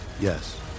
Yes